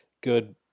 good